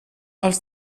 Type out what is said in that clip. els